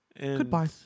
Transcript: Goodbye